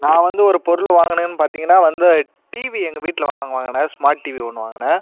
நான் வந்து ஒரு பொருள் வாங்கினேன் பார்த்திங்கனா வந்து டிவி எங்கள் வீட்டில வாங்கு வாங்கினேன் ஸ்மார்ட் டிவி ஒன்று வாங்கினேன்